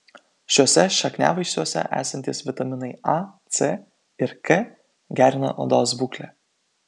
šiuose šakniavaisiuose esantys vitaminai a c ir k gerina odos būklę